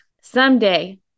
someday